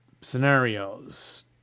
scenarios